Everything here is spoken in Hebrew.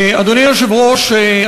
אדוני היושב-ראש,